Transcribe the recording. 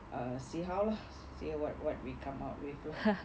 see how lah see what what we come out with lah